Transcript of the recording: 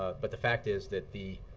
ah but the fact is that the